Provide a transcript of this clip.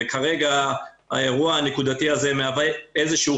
וכרגע האירוע הנקודתי הזה מהווה איזשהו